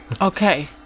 okay